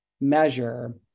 measure